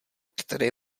které